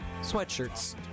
sweatshirts